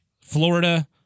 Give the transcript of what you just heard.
Florida